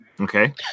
Okay